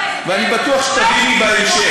ואני בטוח שתביני בהמשך.